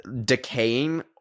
decaying